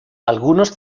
algunos